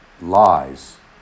lies